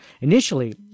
Initially